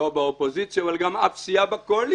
לא באופוזיציה אבל גם אף סיעה בקואליציה,